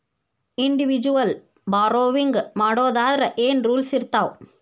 Individual borrowing ಮಾಡೊದಾದ್ರ ಏನ್ ರೂಲ್ಸಿರ್ತಾವ?